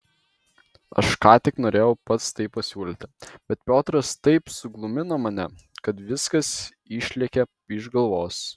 aš ką tik norėjau pats tai pasiūlyti bet piotras taip suglumino mane kad viskas išlėkė iš galvos